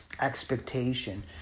expectation